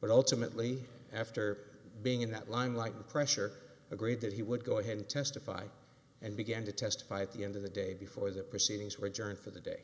but ultimately after being in that line like the pressure agreed that he would go ahead and testify and began to testify at the end of the day before the proceedings were journey for the day